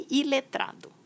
iletrado